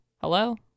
hello